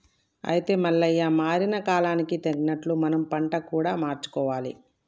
అయితే మల్లయ్య మారిన కాలానికి తగినట్లు మనం పంట కూడా మార్చుకోవాలి